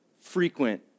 frequent